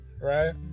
right